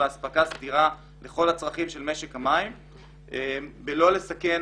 באספקה סדירה לכל הצרכים של משק המים בלי לסכן